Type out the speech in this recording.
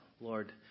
Lord